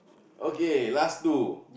okay last two